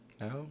No